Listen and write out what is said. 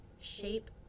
shape